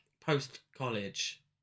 post-college